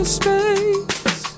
space